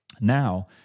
Now